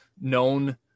known